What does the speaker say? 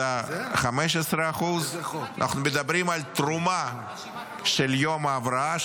ב-0.15%; אנחנו מדברים על תרומה של יום הבראה,